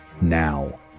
Now